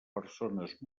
persones